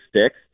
sticks